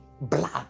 Blood